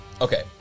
Okay